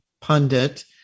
pundit